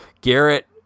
Garrett